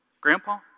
Grandpa